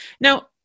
Now